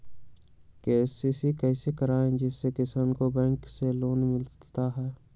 KCC कैसे कराये जिसमे किसान को बैंक से लोन मिलता है?